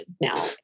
now